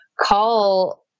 call